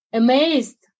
amazed